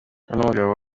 n’umugabo